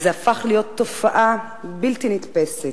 וזה הפך להיות תופעה בלתי נתפסת,